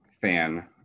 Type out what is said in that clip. fan